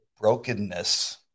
brokenness